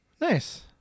Nice